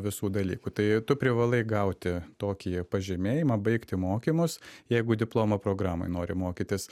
visų dalykų tai tu privalai gauti tokį pažymėjimą baigti mokymus jeigu diplomo programoj nori mokytis